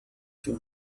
too